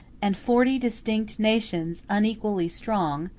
and forty distinct nations, unequally strong,